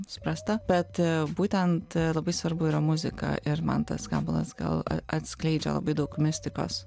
suprasta bet būtent labai svarbu yra muzika ir man tas gabalas gal a atskleidžia labai daug mistikos